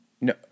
No